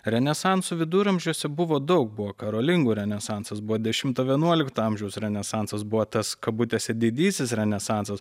renesansų viduramžiuose buvo daug buvo karolingų renesansas buvo dešimto vienuolikto amžiaus renesansas buvo tas kabutėse didysis renesansas